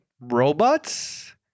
robots